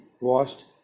washed